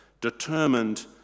determined